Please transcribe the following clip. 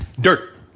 dirt